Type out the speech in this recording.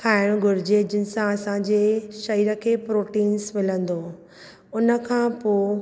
खाइण घुरुजे जिनि सां असां जे शरीर खे प्रोटीन्स मिलंदो उन खां पोइ